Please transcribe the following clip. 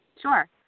Sure